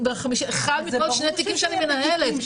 --- אחד מכל שני תיקים שאני מנהלת --- זה